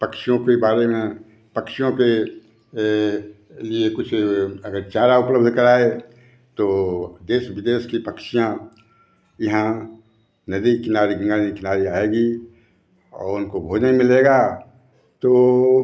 पक्षियों के बारे में पक्षियों के लिए कुछ अगर चारा उपलब्ध कराए तो देश विदेश की पक्षियाँ यहाँ नदी के किनारे किनारे किनारे आएगी और उनको भोजन मिलेगा तो